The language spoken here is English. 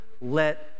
let